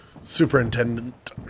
superintendent